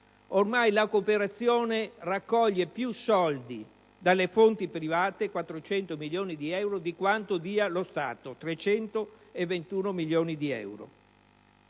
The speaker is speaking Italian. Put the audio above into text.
Ormai la cooperazione raccoglie più soldi dalle fonti private (400 milioni di euro) di quanto dia lo Stato (321 milioni di euro).